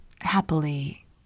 happily